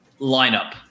lineup